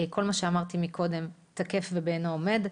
כל מה שאמרתי קודם תקף ובעינו עומד.